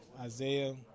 Isaiah